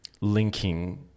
linking